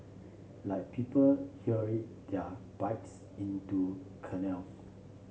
like people hurl their bikes into canals